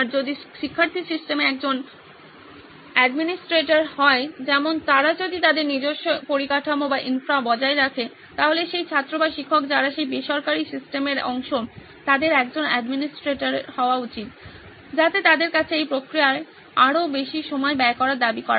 যদি শিক্ষার্থী সিস্টেমে একজন অ্যাডমিনিস্ট্রেটর হয় যেমন তারা যদি তাদের নিজস্ব পরিকাঠামো বজায় রাখে তাহলে সেই ছাত্র বা শিক্ষক যারা সেই বেসরকারি সিস্টেমের অংশ তাদের একজন অ্যাডমিনিস্ট্রেটর হওয়া উচিত যাতে তাদের কাছে এই প্রক্রিয়ায় আরও বেশি সময় ব্যয় করার দাবি করা হয়